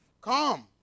Come